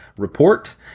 Report